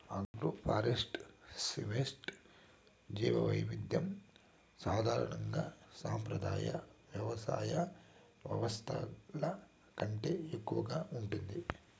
agroforestry సిస్టమ్స్లో జీవవైవిధ్యం సాధారణంగా సంప్రదాయ వ్యవసాయ వ్యవస్థల కంటే ఎక్కువగా ఉంటుంది